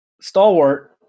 Stalwart